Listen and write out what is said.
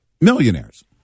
millionaires